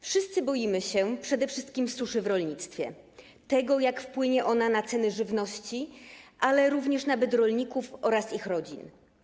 Wszyscy boimy się przede wszystkim suszy w rolnictwie, tego, jak wpłynie ona na ceny żywności, ale również na byt rolników oraz ich rodzin.